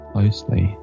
closely